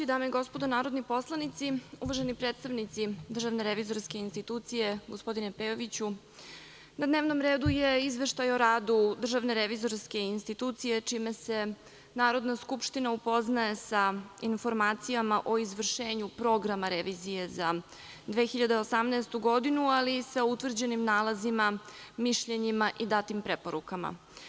Dame i gospodo narodni poslanici, uvaženi predstavnici Državne revizorske institucije gospodine Pejoviću, na dnevnom redu je i Izveštaj o radu Državne revizorske institucije, čime se Narodna skupština upoznaje sa informacijama o izvršenju Programa revizije za 2018. godinu, ali sa utvrđenim nalazima, mišljenjima i datim preporukama.